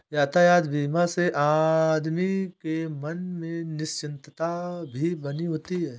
यातायात बीमा से आदमी के मन में निश्चिंतता भी बनी होती है